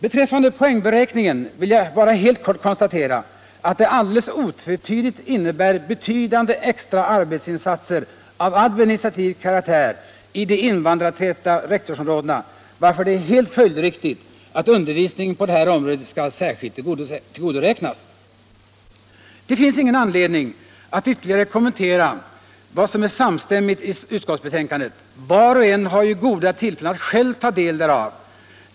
Beträffande poängberäkningen vill jag bara helt kort konstatera att den alldeles otvetydigt innebär betydande extra arbetsinsatser av administra tiv karaktär i de invandrartäta rektorsområdena, varför det är helt följdriktigt att undervisningen på det här området får särskilt tillgodoräknas. Det finns ingen anledning att ytterligare kommentera vad som är samstämmigt i utskottsbetänkandet — var och en har ju goda tillfällen att själv ta del därav.